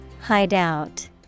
Hideout